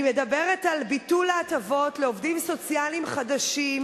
אני מדברת על ביטול ההטבות לעובדים סוציאליים חדשים